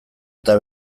eta